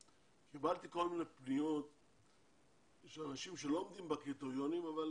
קיבלתי כל מיני פניות של אנשים שלא עומדים בקריטריונים אבל